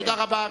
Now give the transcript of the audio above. תודה רבה.